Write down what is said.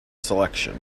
selection